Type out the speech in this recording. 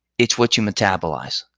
it's what you metabolize.